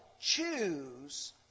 choose